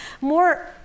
more